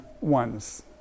ones